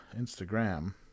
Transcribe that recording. Instagram